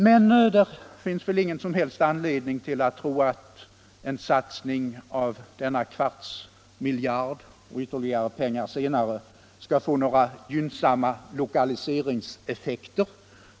Men nu finns det ingen som helst anledning att tro att en satsning av denna kvarts miljard och ytterligare pengar senare skall få några gynnsamma lokaliseringseffekter.